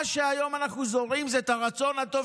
מה שהיום אנחנו זורעים זה את הרצון הטוב